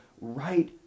right